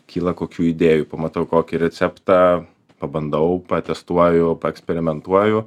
kyla kokių idėjų pamatau kokį receptą pabandau patestuoju paeksperimentuoju